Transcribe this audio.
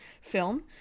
film